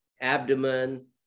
abdomen